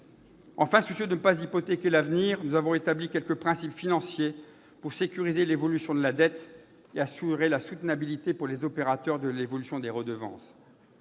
Enfin, soucieux de ne pas hypothéquer l'avenir, nous avons établi quelques principes financiers pour sécuriser l'évolution de la dette et assurer la soutenabilité pour les opérateurs de l'évolution des redevances.